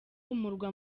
umurwa